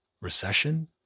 Recession